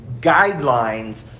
Guidelines